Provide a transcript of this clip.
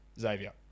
Xavier